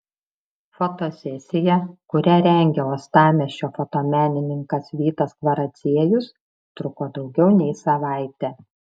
fotosesija kurią rengė uostamiesčio fotomenininkas vytas kvaraciejus truko daugiau nei savaitę